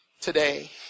today